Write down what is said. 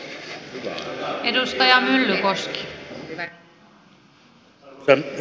arvoisa puhemies